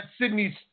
Sydney's